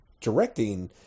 directing